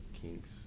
kinks